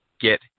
get